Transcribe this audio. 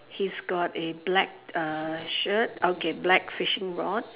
he's got a black uh shirt okay black fishing rod